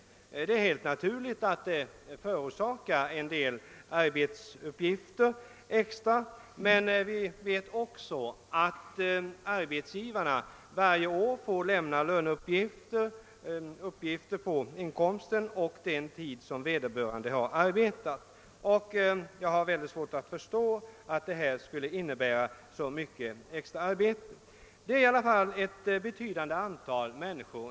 Det är alldeles naturligt att det förorsakar en del extra arbetsuppgifter. Vi vet emellertid att arbetsgivarna varje år får lämna uppgifter om inkomsten och uppgifter om den tid som vederbörande har arbetat, och jag har svårt att förstå att detta skulle innebära så mycket extra arbete. Denna fråga berör i alla fall ett betydande antal människor.